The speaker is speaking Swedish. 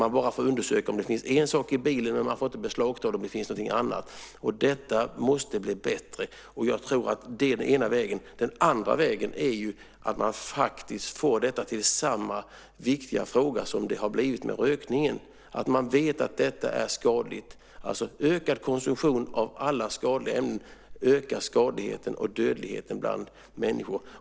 Man får bara undersöka om det finns en sak i bilen, men man får inte beslagta om det finns något annat. Detta måste bli bättre. Jag tror att det är den ena vägen. Den andra vägen är att faktiskt få detta till samma viktiga fråga som rökningen. Man ska veta att detta är skadligt och att ökad konsumtion av alla skadliga ämnen ökar skador och dödsfall bland människor.